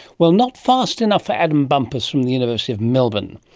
well, not fast enough for adam bumpus from the university of melbourne.